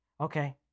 Okay